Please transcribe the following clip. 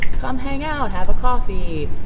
come hang out, have a coffee,